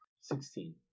Sixteen